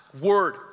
Word